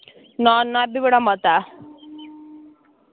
ना ना एह् बी बड़ा मता ऐ